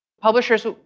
Publishers